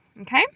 Okay